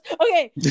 Okay